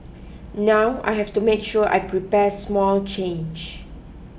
now I have to make sure I prepare small change